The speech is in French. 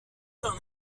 dans